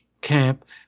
camp